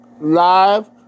Live